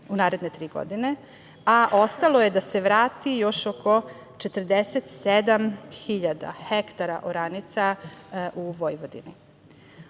u naredne tri godine, a ostalo je da se vrati još oko 47.000 hektara oranica u Vojvodini.U